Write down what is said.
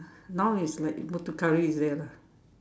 now is like Muthu curry is there lah